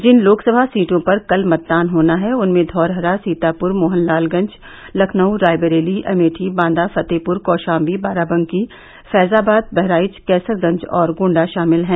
जिन लोकसभा सीटों पर कल मतदान होना है उनमें धौरहरा सीतापुर मोहनलालगंज लखनऊ रायबरेली अमेठी बांदा फ़तेहपुर कौषाम्बी बाराबंकी फैज़ाबाद बहराइच कैसरगंज और गोण्डा षामिल हैं